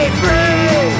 free